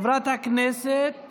חברת הכנסת